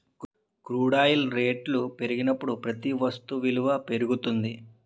crude oil రేట్లు పెరిగినప్పుడు ప్రతి వస్తు విలువ పెరుగుతుంది